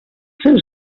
seus